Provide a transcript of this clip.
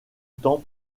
temps